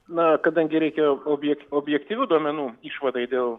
na kadangi reikėjo objek objektyvių duomenų išvadai dėl